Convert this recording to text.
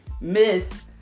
Miss